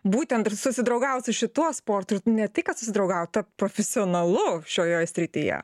būtent ir susidraugaut su šituo sportu ir ne tik susidraugaut tapt profesionalu šioje srityje